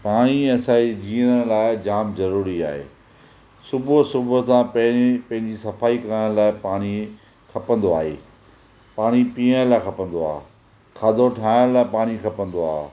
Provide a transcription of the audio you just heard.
पाणी असांजे जीअण लाइ जाम ज़रूरी आहे सुबुह सुबुह सां पहिरीं पंहिंजी सफ़ाई करण लाइ पाणी खपंदो आहे पाणी पीअण लाइ खपंदो आहे खाधो ठाहिण लाइ पाणी खपंदो आहे